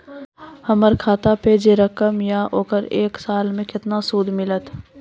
हमर खाता पे जे रकम या ओकर एक साल मे केतना सूद मिलत?